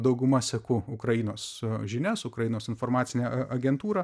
dauguma seku ukrainos žinias ukrainos informacinę agentūrą